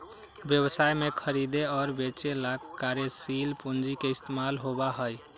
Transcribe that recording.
व्यवसाय में खरीदे और बेंचे ला कार्यशील पूंजी के इस्तेमाल होबा हई